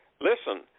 listen